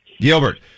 Gilbert